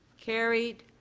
carried.